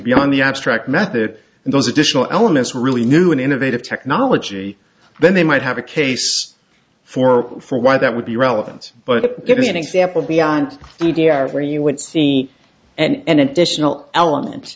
beyond the abstract method and those additional elements really new and innovative technology then they might have a case for for why that would be relevant but give me an example beyond the idea of where you would see and additional element